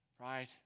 right